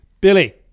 Billy